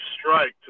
strike